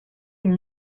une